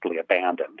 abandoned